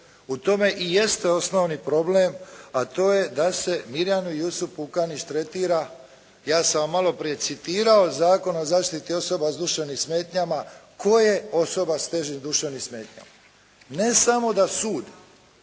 U tome i jeste osnovni problem, a to je da se Mirjanu Jusup Pukanić tretira, ja sam vam malo prije citirao Zakon o zaštiti osoba s duševnim smetnjama, tko je osoba s težim duševnim smetnjama. Ne samo da sud